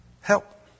Help